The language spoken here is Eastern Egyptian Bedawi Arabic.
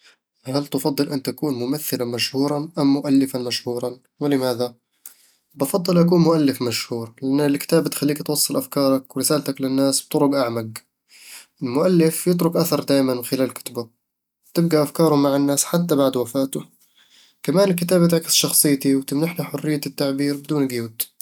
هل تفضل أن تكون ممثلًا مشهورًا أم مؤلفًا مشهورًا؟ ولماذا؟ بفضّل أكون مؤلف مشهور، لأن الكتابة تخليك توصل أفكارك ورسالتك للناس بطرق أعمق المؤلف يترك أثرًا دايمًا من خلال كتبه، وتبقى أفكاره مع الناس حتى بعد وفاته كمان الكتابة تعكس شخصيتي وتمنحني حرية التعبير بدون قيود